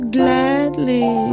gladly